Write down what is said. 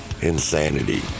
insanity